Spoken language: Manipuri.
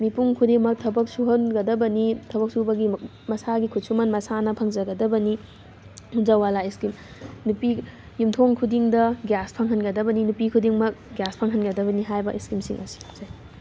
ꯃꯤꯄꯨꯝ ꯈꯨꯗꯤꯡꯃꯛ ꯊꯕꯛ ꯁꯨꯍꯟꯒꯗꯕꯅꯤ ꯊꯕꯛ ꯁꯨꯕꯒꯤ ꯃꯁꯥꯒꯤ ꯈꯨꯠꯁꯨꯃꯟ ꯃꯁꯥꯅ ꯐꯪꯖꯒꯗꯕꯅꯤ ꯎꯖꯋꯥꯂꯥ ꯏꯁꯀꯤꯝ ꯅꯨꯄꯤ ꯌꯨꯝꯊꯣꯡ ꯈꯨꯗꯤꯡꯗ ꯒ꯭ꯌꯥꯁ ꯐꯪꯍꯟꯒꯗꯕꯅꯤ ꯅꯨꯄꯤ ꯈꯨꯗꯤꯡꯃꯛ ꯒ꯭ꯌꯥꯁ ꯐꯪꯍꯟꯒꯗꯕꯅꯤ ꯍꯥꯏꯕ ꯏꯁꯀꯤꯝꯁꯤꯡ ꯑꯁꯤ ꯈꯪꯖꯩ